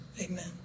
Amen